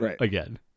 again